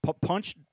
punch